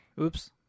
Oops